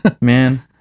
Man